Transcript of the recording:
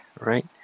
right